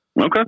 Okay